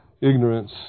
ignorance